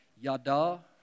Yada